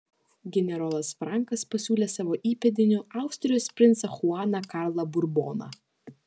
generolas frankas pasiūlė savo įpėdiniu austrijos princą chuaną karlą burboną